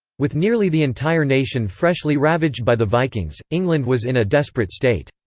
with nearly the entire nation freshly ravaged by the vikings, england was in a desperate state.